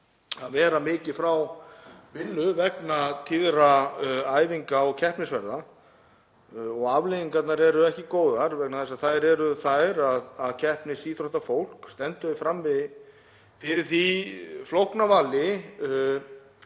að vera mikið frá vinnu vegna tíðra æfinga og keppnisferða. Afleiðingarnar eru ekki góðar vegna þess að þá stendur keppnisíþróttafólk frammi fyrir því flókna vali